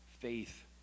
faith